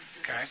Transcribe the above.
Okay